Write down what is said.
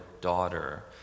daughter